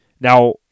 Now